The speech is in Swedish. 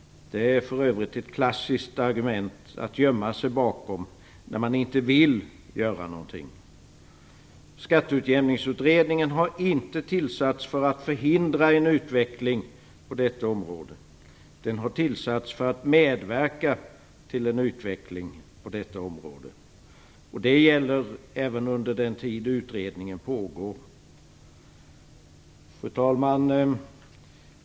Det är för övrigt ett klassiskt argument att gömma sig bakom när man inte vill göra någonting. Skatteutjämningsutredningen har inte tillsatts för att förhindra utvecklingen på detta område. Den har tillsatts för att medverka till denna utveckling. Det gäller även under den tid utredningen pågår. Fru talman!